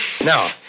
Now